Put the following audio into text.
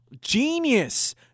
Genius